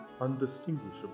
undistinguishable